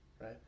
right